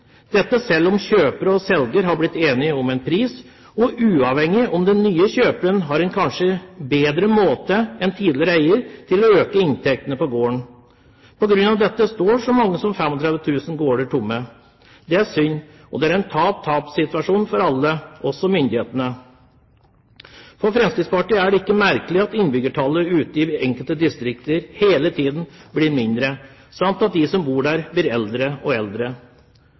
dette selv om kjøper og selger har blitt enige om en pris, og uavhengig av om den nye kjøperen har en kanskje bedre måte enn tidligere eier å øke inntektene på gården på. På grunn av dette står altså så mange som 35 000 gårder tomme. Det er synd, og det er en tap-tap-situasjon for alle, også for myndighetene. For Fremskrittspartiet er det ikke merkelig at innbyggertallet i enkelte distrikter hele tiden blir lavere, samt at de som bor der, blir eldre og eldre.